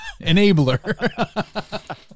enabler